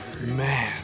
Man